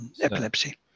epilepsy